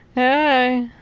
hi.